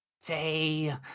say